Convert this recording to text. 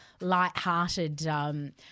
light-hearted